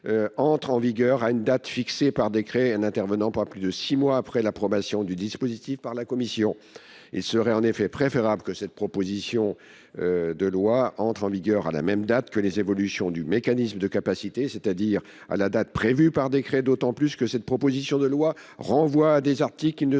entrent en vigueur à une date fixée par décret et n’intervenant pas plus de six mois après l’approbation du dispositif par la Commission. Il serait en effet préférable que cette proposition de loi entre en vigueur à la même date que les évolutions du mécanisme de capacité, c’est à dire à la date prévue par décret, d’autant plus que cette proposition de loi renvoie à des articles qui ne seront